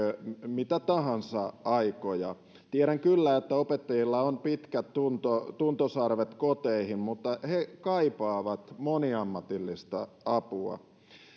mitä tahansa aikoja elämme tiedän kyllä että opettajilla on pitkät tuntosarvet tuntosarvet koteihin mutta he kaipaavat moniammatillista apua